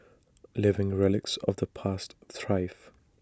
living relics of the past thrive